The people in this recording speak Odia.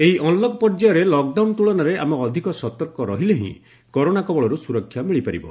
ଏହି ଅନ୍ଲକ ପର୍ଯ୍ୟାୟରେ ଲକଡାଉନ ତୁଳନାରେ ଆମେ ଅଧିକ ସତର୍କ ରହିଲେ ହିଁ କରୋନା କବଳରୁ ସୁରକ୍ଷା ମିଳିପାରିବ